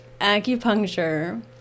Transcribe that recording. Acupuncture